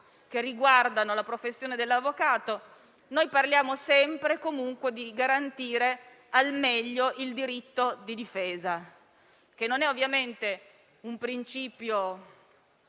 che riguardano la professione dell'avvocato, parliamo sempre e comunque di garantire al meglio il diritto di difesa, che non è un principio